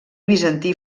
bizantí